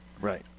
Right